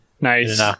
Nice